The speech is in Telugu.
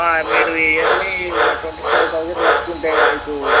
మీరు ఇయర్లీ ఓ ట్వంటీ ఫైవ్ తౌజండ్ కట్టుకుంటే మీకు